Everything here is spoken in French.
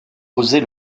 oser